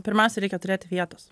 pirmiausia reikia turėt vietos